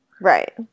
Right